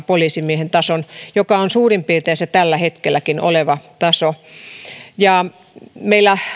poliisimiehen tason joka on suurin piirtein se tällä hetkelläkin oleva taso meillä